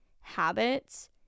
habits